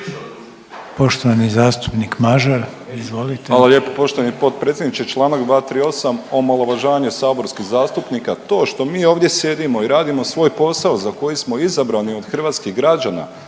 Poštovani zastupnik Mažar. Izvolite. **Mažar, Nikola (HDZ)** Hvala lijepo poštovani potpredsjedniče. Čl. 238. Omalovažavanje saborskih zastupnika, to što mi ovdje sjedimo i radimo svoj posao za koji smo izabrani od hrvatskih građana